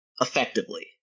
effectively